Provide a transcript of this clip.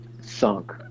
sunk